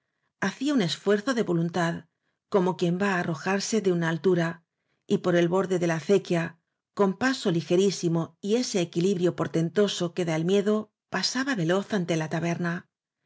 hacía un esfuerzo de vo luntad como quien va á arrojarse de una altura y por el borde de la acequia con paso ligerísimo y ese equilibrio portentoso que da el mie do pasaba veloz ante la taberna